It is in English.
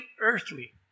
earthly